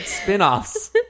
spinoffs